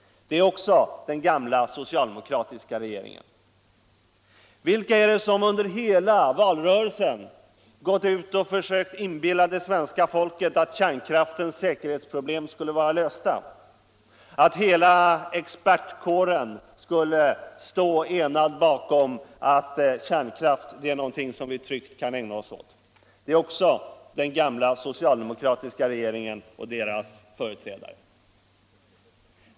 Det är också den gamla socialdemokratiska regeringen. Vilka är det som under hela valrörelsen gått ut och försökt inbilla svenska folket att kärnkraftens säkerhetsproblem skulle vara lösta, att hela expertkåren skulle stå enad bakom uppfattningen att kärnkraftsproduktion är något som vi tryggt kan ägna oss åt? Det är också den gamla socialdemokratiska regeringen och dess företrädare.